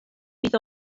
bydd